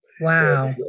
Wow